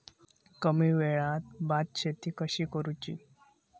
कमी वेळात भात शेती कशी करुची?